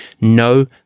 No